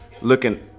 looking